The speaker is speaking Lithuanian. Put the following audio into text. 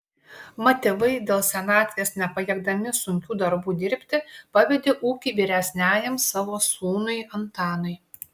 mat tėvai dėl senatvės nepajėgdami sunkių darbų dirbti pavedė ūkį vyresniajam savo sūnui antanui